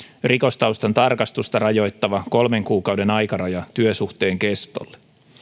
rikostaustan tarkastusta rajoittava kolmen kuukauden aikaraja työsuhteen kestolle